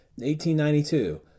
1892